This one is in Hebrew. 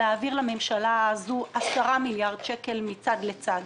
על להעביר לממשלה הזו 10 מיליארד שקל מצד אל צד.